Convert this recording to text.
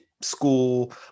school